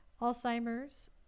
alzheimer's